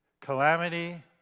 Calamity